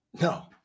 No